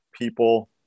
people